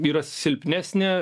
yra silpnesnė